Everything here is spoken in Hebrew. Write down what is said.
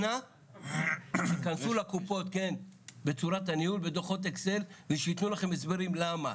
אנא תכנסו לקופות בצורת הניהול בדו"חות אקסל ושיתנו לכם הסברים למה.